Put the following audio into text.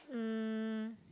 um